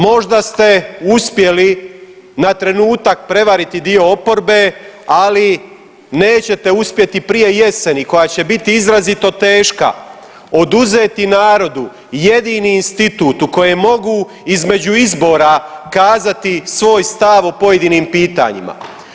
Možda ste uspjeli na trenutak prevariti dio oporbe, ali nećete uspjeti prije jeseni koja će biti izrazito teška oduzeti narodu jedini institut u kojem mogu između izbora kazati svoj stav o pojedinim pitanjima.